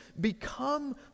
become